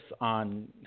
on